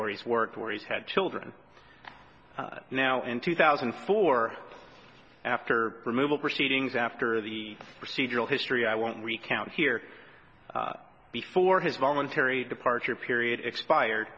where he's worked where he's had children now in two thousand and four after removal proceedings after the procedural history i won't recount here before his voluntary departure period expired